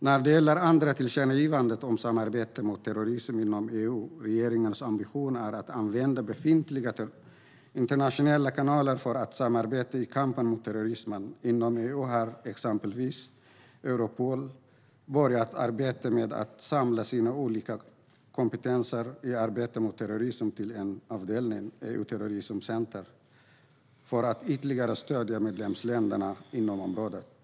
När det gäller det andra tillkännagivandet om samarbete mot terrorism inom EU är regeringens ambition att använda befintliga internationella kanaler för samarbete i kampen mot terrorism. Inom EU har exempelvis Europol påbörjat arbetet med att samla sina olika kompetenser i arbetet mot terrorism i en särskild avdelning, EU Terrorism Centre, för att ytterligare stödja medlemsländerna inom området.